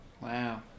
Wow